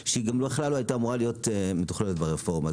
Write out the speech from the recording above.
שהיא בכלל לא הייתה אמורה להיות מתוכללת ברפורמה.